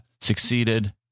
Succeeded